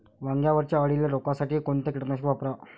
वांग्यावरच्या अळीले रोकासाठी कोनतं कीटकनाशक वापराव?